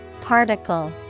Particle